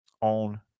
on